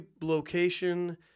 location